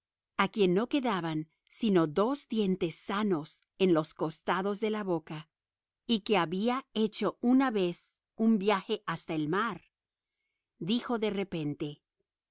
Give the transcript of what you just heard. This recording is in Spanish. a quién no quedaban sino dos dientes sanos en los costados de la boca y que había hecho una vez un viaje hasta el mar dijo de repente yo